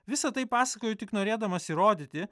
visa tai pasakoju tik norėdamas įrodyti